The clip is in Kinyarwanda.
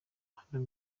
hano